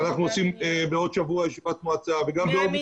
אנחנו עושים בעוד שבוע ישיבת מועצה וגם באוגוסט.